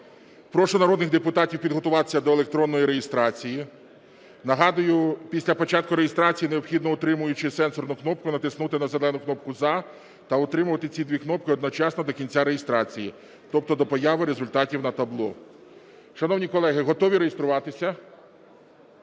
Прошу народних депутатів підготуватися до електронної реєстрацію. Нагадую, після початку реєстрації необхідно, утримуючи сенсорну кнопку, натиснути на зелену кнопку "За" та утримувати ці дві кнопки одночасно до кінця реєстрації, тобто до появи результатів на табло. Шановні колеги, готові реєструватися?